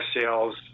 sales